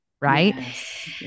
Right